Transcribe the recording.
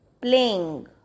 playing